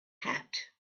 hat